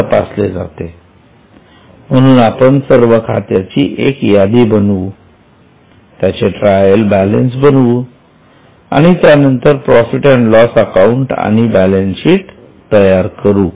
हे तपासले जाते म्हणून आपण सर्व खात्याची एक यादी बनवू त्याचे ट्रायल बॅलन्स बनवू आणि त्यानंतर प्रॉफिट अँड लॉस अकाउंट आणि बॅलन्स शीट तयार करू